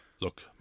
Look